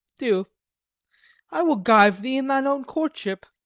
do i will gyve thee in thine own courtship.